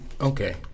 Okay